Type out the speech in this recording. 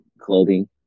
clothing